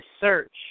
search